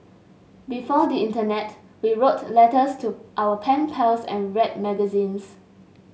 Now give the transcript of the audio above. before the internet we wrote letters to our pen pals and read magazines